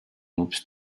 moves